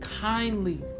kindly